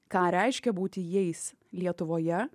ką reiškia būti jais lietuvoje